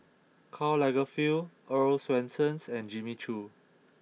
Karl Lagerfeld Earl's Swensens and Jimmy Choo